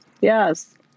Yes